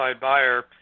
buyer